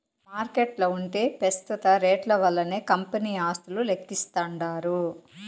మార్కెట్ల ఉంటే పెస్తుత రేట్లు వల్లనే కంపెనీ ఆస్తులు లెక్కిస్తాండారు